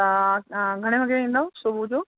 हा तव्हां घणे वॻे ईंदव सुबुह जो